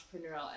entrepreneurial